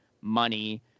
money